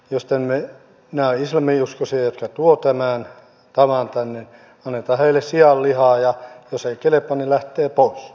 jos nämä ovat islaminuskoisia jotka tuovat tämän tavan tänne annetaan heille sianlihaa ja jos ei kelpaa niin lähtevät pois